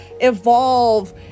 evolve